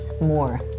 more